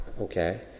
okay